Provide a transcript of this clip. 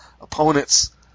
opponents